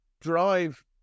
drive